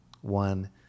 one